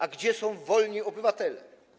A gdzie są wolni obywatele?